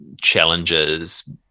challenges